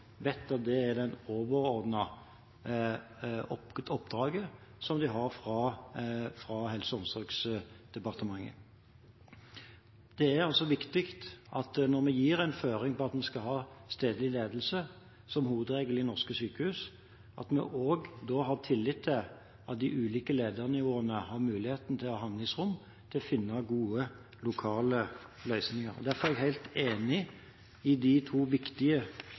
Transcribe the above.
vet at det er det overordnede oppdraget som de har fra Helse- og omsorgsdepartementet. Det er viktig at når vi gir en føring på at vi skal ha stedlig ledelse som hovedregel i norske sykehus, har vi tillit til at de ulike ledernivåene har muligheten til å ha handlingsrom til å finne gode, lokale løsninger. Derfor er jeg helt enig i de to viktige